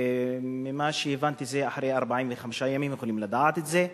וכפי שהבנתי אחרי 45 ימים יכולים לדעת את זה.